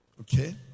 Okay